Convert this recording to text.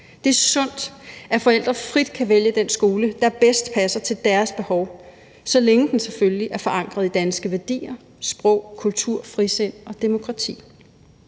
Det er sundt, at forældre frit kan vælge den skole, der bedst passer til deres behov, så længe den selvfølgelig er forankret i danske værdier, sprog, kultur, frisind og demokrati.